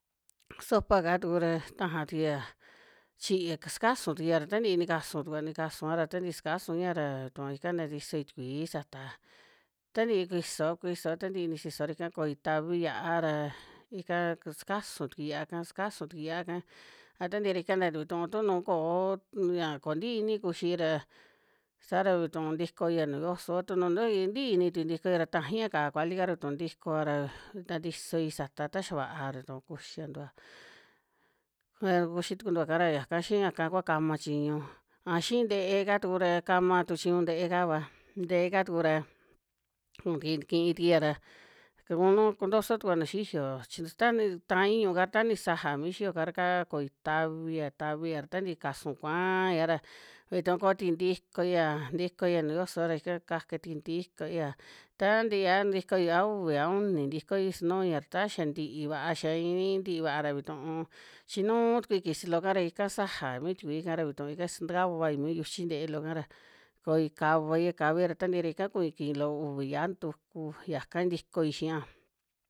Sopa'ka tuku ra taja tukuia chi ya sukasu tukuia ra ta ntii nikasu tukua, nikasua ra tantii sukasuia ra tuu ika ntatisoi tikui sata, ta ntii kuisoa, kusioa ta ntii ni sisoa ra ika koi tavi yia'a ra ika, ku sukasu tukui yia'aka, sukasu tukui yia'aka a ta ntii ra ika nta vituu tu nuu koot ya koo ntii ini kuxi ra, saa ra vituu ntikoia nuju yoso, a tu nu ntoi ntii initui ntikoia ra tajaia ka'á kuali'ka ra vituu ntikova ra taj nta ntisoi sataa ta xia vaa ra, tu kuxiantua ña kuxi tuku ntua'ka ra yaka xii yaka kua kama chiñu, a xii nte'eka tukura kama tu chiñu nte'e kava, nte'eka tuku ra kuu tukui kii tukuia ra, kunu kuntoso tukua nuu xiyo chi su ta ni tai ñùuka, ta ni saja mi xiyoka ra kaa koi tavia, tavia ra tantii kasu kuaáya ra, vituu koo tui ntikoiya, ntikoiya nuju yoso ra, ika kaka tukui ntikoiya, ta ntii a ntikoia a uvi, a uni ntikoi sunuia ra ta xia ntii vaa, xia iin tii vaa ra vitun, chinuu tukui kisi loo'ka ra ika saja mi tikui ika ra vituu ika sntakavai mi yuchi nte'e loo'ka ra koi kavaia, kavaia ra ta ntii ra ika kui kii loo uvi yia'a ntuku yaka ntikoi xi'a.